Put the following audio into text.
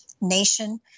nation